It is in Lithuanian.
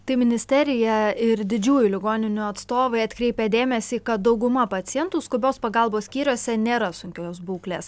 tai ministerija ir didžiųjų ligoninių atstovai atkreipė dėmesį kad dauguma pacientų skubios pagalbos skyriuose nėra sunkios būklės